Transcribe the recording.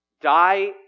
Die